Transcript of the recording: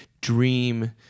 dream